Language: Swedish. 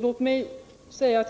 bostadsstyrelsen.